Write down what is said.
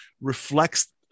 reflects